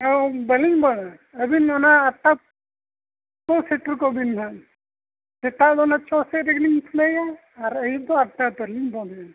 ᱵᱟᱹᱞᱤᱧ ᱵᱟᱝᱟ ᱟᱹᱵᱤᱱ ᱚᱱᱟ ᱟᱴᱴᱟᱛᱮ ᱥᱮᱴᱮᱨ ᱠᱚᱜ ᱵᱤᱱ ᱦᱟᱜ ᱥᱮᱛᱟᱜ ᱫᱚ ᱱᱟᱦᱟᱜ ᱚᱱᱮ ᱪᱷᱚᱭ ᱥᱮᱫ ᱨᱮᱜᱮ ᱞᱤᱧ ᱠᱷᱩᱞᱟᱹᱮᱜᱼᱟ ᱟᱨ ᱟᱹᱭᱩᱵ ᱫᱚ ᱟᱴᱟ ᱩᱛᱟᱹᱨ ᱞᱤᱧ ᱵᱚᱸᱫᱮᱜᱼᱟ